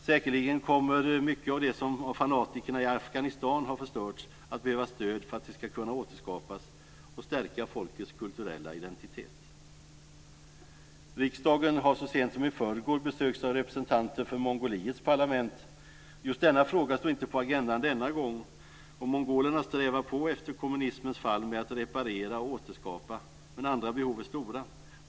Säkerligen kommer mycket att det som av fanatikerna i Afghanistan har förstörts att behöva stöd för att det ska kunna återskapas och stärka folkets kulturella identitet. Riksdagen har så sent som i förrgår besökts av representanter för Mongoliets parlament. Just denna fråga stod inte på agendan denna gång, och mongolerna strävar på efter kommunismens fall med att reparera och återskapa, men andra behov är stora.